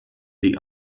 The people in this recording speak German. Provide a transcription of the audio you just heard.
die